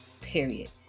period